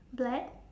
black